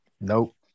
Nope